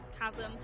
chasm